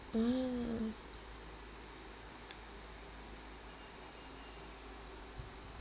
oh